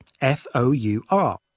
F-O-U-R